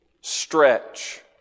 stretch